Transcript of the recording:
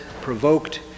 provoked